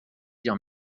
dire